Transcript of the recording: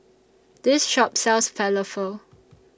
This Shop sells Falafel